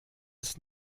ist